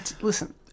listen